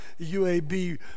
UAB